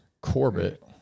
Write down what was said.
Corbett